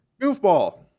goofball